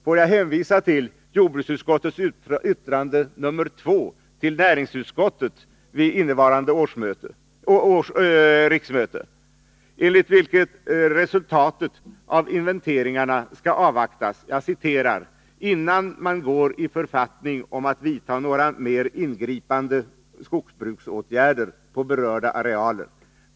Får jag hänvisa till jordbruksutskottets yttrande nr 2 till näringsutskottet vid innevarande riksmöte, enligt vilket resultatet av inventeringarna skall avvaktas ”innan man går i författning om att vidta några mer ingripande skogsbruksåtgärder på berörda arealer.